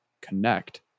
Connect